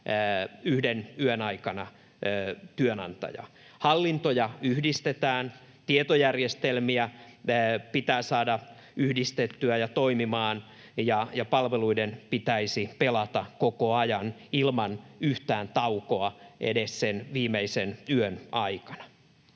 yhden yön aikana työnantajaa. Hallintoja yhdistetään, tietojärjestelmiä pitää saada yhdistettyä ja toimimaan ja palveluiden pitäisi pelata koko ajan ilman yhtään taukoa edes sen viimeisen yön aikana.